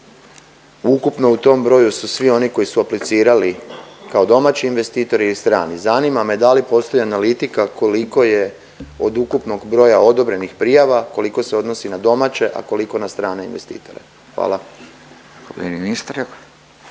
Ukupno u tom broju su svi oni koji su aplicirali kao domaći investitori i strani. Zanima me da li postoji analitika koliko je od ukupnog broja odobrenih prijava, koliko se odnosi na domaće, a koliko na strane investitore? Hvala.